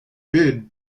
bid